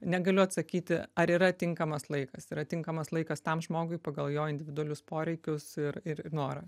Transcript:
negaliu atsakyti ar yra tinkamas laikas yra tinkamas laikas tam žmogui pagal jo individualius poreikius ir ir norą